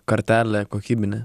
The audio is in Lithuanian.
kartelė kokybinė